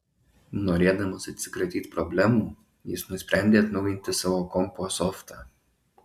norėdamas atsikratyt problemų jis nusprendė atnaujinti savo kompo softą